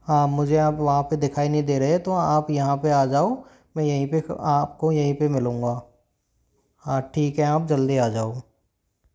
हाँ मुझे आप वहाँ पर दिखाई नहीं दे रहे तो आप यहाँ पर आ जाओ मैं यहीं पर आप को यहीं पर मिलूँगा हाँ ठीक है आप जल्दी आ जाओ